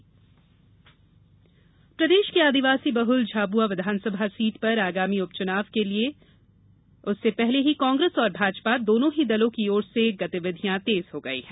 उपचुनाव तैयारी प्रदेश के आदिवासी बहुल झाबुआ विधानसभा सीट पर आगामी उपचुनाव के पहले कांग्रेस और भाजपा दोनों ही दलों की ओर से गतिविधियां तेज हो गई हैं